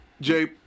Jay